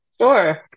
Sure